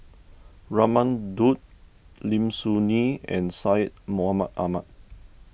Raman Daud Lim Soo Ngee and Syed Mohamed Ahmed